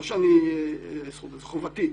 זו חובתי,